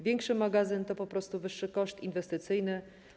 Większy magazyn to po prostu wyższy koszt inwestycyjny.